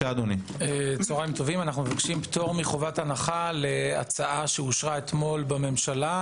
אנחנו מבקשים פטור מחובת הנחה להצעה שאושרה אתמול בממשלה.